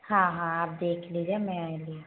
हाँ हाँ आप देख लीजिए मैं ले